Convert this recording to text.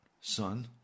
son